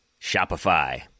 Shopify